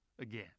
again